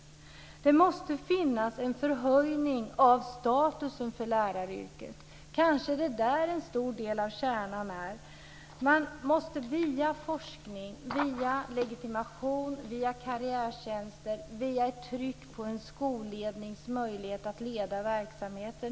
Läraryrkets status måste höjas. Kanske är det där som en stor del av kärnan är. Man måste göra det via forskning, legitimation, karriärtjänster och ett tryck på en skollednings möjligheter att leda verksamheten.